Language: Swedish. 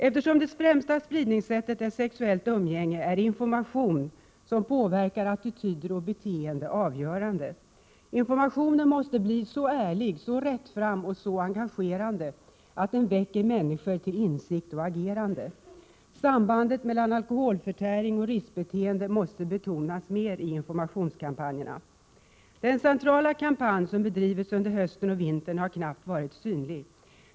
Eftersom det främsta spridningssättet är sexuellt umgänge är information som påverkar attityder och beteenden avgörande. Informationen måste vara så ärlig, så rättfram och så engagerande att den väcker människor till insikt och agerande. Sambandet mellan alkoholförtäring och riskbeteende måste betonas mer i informationskampanjerna. Den centrala kampanj som bedrivits under hösten och vintern har knappt varit synlig.